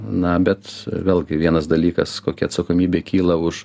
na bet vėlgi vienas dalykas kokia atsakomybė kyla už